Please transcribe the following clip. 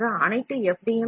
பொதுவாக அனைத்து எஃப்